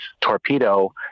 torpedo